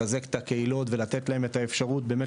לחזק את הקהילות ולתת להם את האפשרות באמת